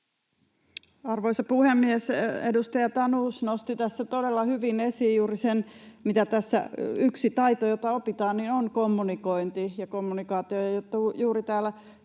Arvoisa puhemies! Edustaja Tanus nosti tässä todella hyvin esiin juuri sen, miten tässä yksi taito, jota opitaan, on kommunikointi, ja kommunikaatio